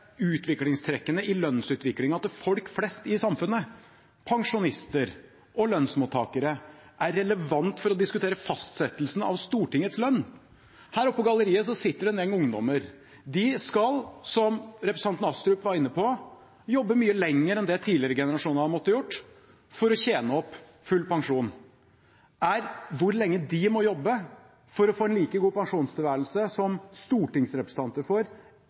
utviklingstrekkene i lønnsutviklingen til folk flest i samfunnet, pensjonister og lønnsmottakere er relevant for å diskutere fastsettelsen av Stortingets lønn. Her oppe på galleriet sitter det en gjeng ungdommer. De skal, som representanten Astrup var inne på, jobbe mye lenger enn det tidligere generasjoner har måttet gjøre for å tjene opp full pensjon. Er hvor lenge de må jobbe for å få en like god pensjonstilværelse som stortingsrepresentanter får,